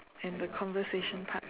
and the conversation part